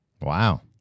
Wow